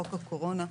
חוק הקורונה,